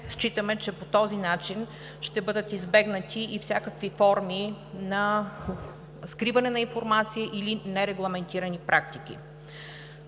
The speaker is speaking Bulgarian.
считаме, че по този начин ще бъдат избегнати и всякакви форми на скриване на информации или нерегламентирани практики.